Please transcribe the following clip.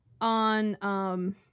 on